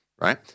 right